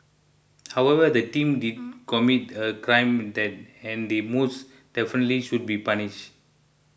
however the team did commit a crime that and they most definitely should be punished